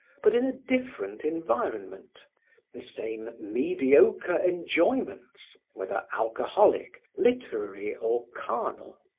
but in a different environment the same mediocre enjoyments, whether alcoholic, literary or carnal.